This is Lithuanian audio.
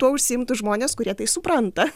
tuo užsiimtų kurie tai supranta